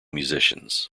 musicians